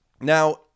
Now